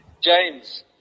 James